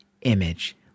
image